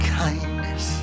kindness